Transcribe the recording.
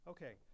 Okay